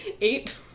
Eight